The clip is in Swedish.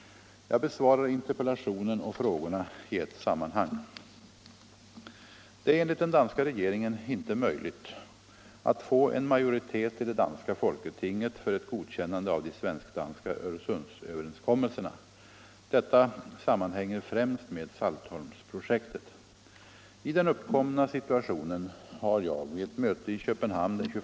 Jag besvarar interpellationen och frågorna i ett sammanhang. Det är enligt den danska regeringen inte möjligt att få en majoritet i det danska folketinget för ett godkännande av de svensk-danska Öresundsöverenskommelserna. Detta sammanhänger främst med Saltholmsprojektet.